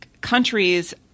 countries